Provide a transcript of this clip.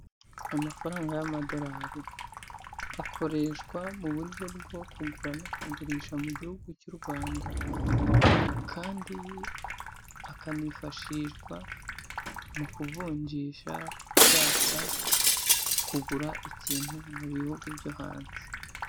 Amafaranga y'amadorari akoreshwa mu buryo bwo kugura no kugurisha mu gihugu cy'u Rwanda, kandi akanifashishwa mu kuvunjisha ushaka kugura ikintu mu bihugu byo hanze.